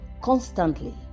constantly